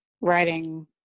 writing